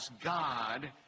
God